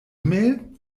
mail